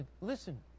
Listen